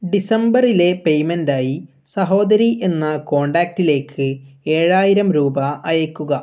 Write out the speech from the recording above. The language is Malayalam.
ഡിസംബറിലെ പേയ്മെൻറ് ആയി സഹോദരി എന്ന കോണ്ടാക്ടിലേക്ക് ഏഴായിരം രൂപ അയയ്ക്കുക